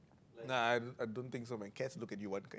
nah I I don't think so my cats look at you one kind